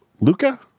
Luca